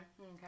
Okay